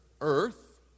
Earth